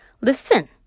listen